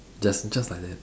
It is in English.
just just like that